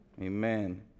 Amen